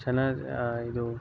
ಚೆನ್ನಾಗಿ ಇದು